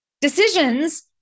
decisions